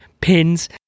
pins